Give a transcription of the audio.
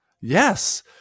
Yes